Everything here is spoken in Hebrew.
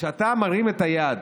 כשאתה מרים את היד